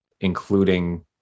including